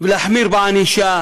ולהחמיר בענישה